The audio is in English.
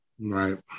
right